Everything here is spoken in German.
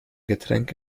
getränk